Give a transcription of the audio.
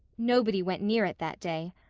nobody went near it that day.